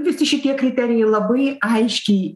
visi šitie kriterijai labai aiškiai